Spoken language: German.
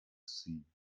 ziehen